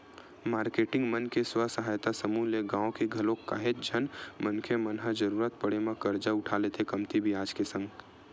marketing मन के स्व सहायता समूह ले गाँव के घलोक काहेच झन मनखे मन ह जरुरत पड़े म करजा उठा लेथे कमती बियाज के संग